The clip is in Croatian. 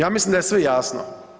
Ja mislim da je sve jasno.